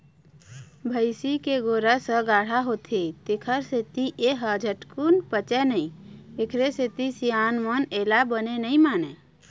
भइसी के गोरस ह गाड़हा होथे तेखर सेती ए ह झटकून पचय नई एखरे सेती सियान मन एला बने नइ मानय